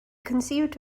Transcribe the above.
conceived